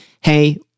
hey